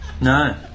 No